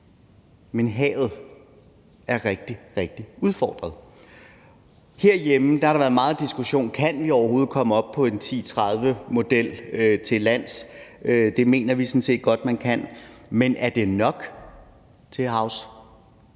Men havet er rigtig, rigtig udfordret. Herhjemme har der været meget diskussion. Kan vi overhovedet komme op på en 10-30-model til lands? Det mener vi sådan set godt man kan. Men er det nok til havs,